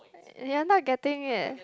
you're not getting it